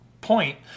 point